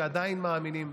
שעדיין מאמינים,